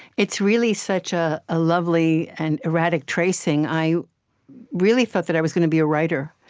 it's really such ah a lovely and erratic tracing. i really thought that i was going to be a writer,